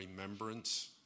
remembrance